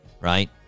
right